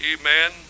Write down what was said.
Amen